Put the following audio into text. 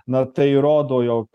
na tai rodo jog